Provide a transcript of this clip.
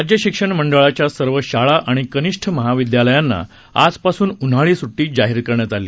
राज्य शिक्षण मंडळाच्या सर्व शाळा आणि कनिष्ठ महाविद्यालयांना आजपासून उन्हाळी सूटी जाहीर करण्यात आली